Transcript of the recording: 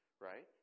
Right